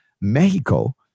Mexico